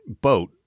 boat